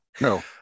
No